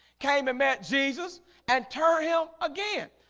came and met jesus and turn him again